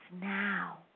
now